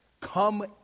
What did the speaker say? Come